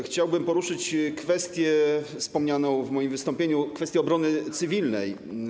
Chciałbym poruszyć kwestię wspomnianą w moim wystąpieniu, kwestię obrony cywilnej.